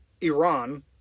Iran